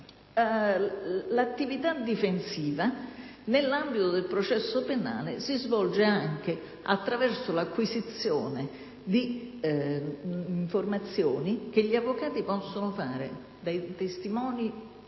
L'attività difensiva, nell'ambito del processo penale, si svolge anche attraverso l'acquisizione di informazioni che gli avvocati possono ricavare dai testimoni